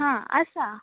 आं आसा